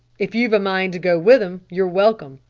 if you've a mind to go with them, you're welcome.